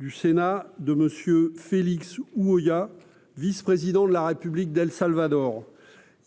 du Sénat de Monsieur Félix Ouya, vice-président de la République d'El Salvador